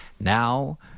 Now